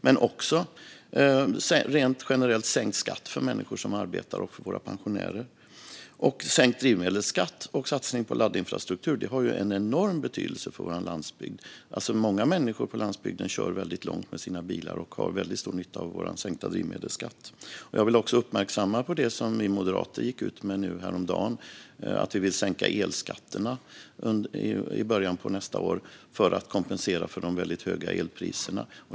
Vi har också en generellt sänkt skatt för människor som arbetar och för våra pensionärer, sänkt drivmedelsskatt och satsning på laddinfrastruktur, som har en enorm betydelse för vår landsbygd. Många människor på landsbygden kör väldigt långt med sina bilar och har stor nytta av vår sänkta drivmedelsskatt. Jag vill också uppmärksamma det som vi moderater gick ut med häromdagen, nämligen att vi vill sänka elskatterna i början av nästa år för att kompensera för de väldigt höga elpriserna.